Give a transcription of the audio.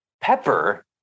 pepper